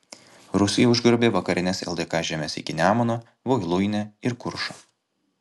rusija užgrobė vakarines ldk žemes iki nemuno voluinę ir kuršą